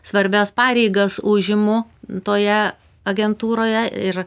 svarbias pareigas užimu toje agentūroje ir